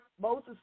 Moses